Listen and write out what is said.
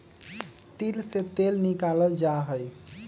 तिल से तेल निकाल्ल जाहई